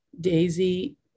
Daisy